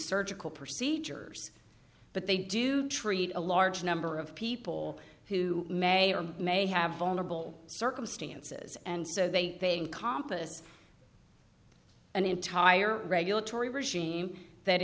surgical procedures but they do treat a large number of people who may or may have vulnerable circumstances and so they think compas an entire regulatory regime that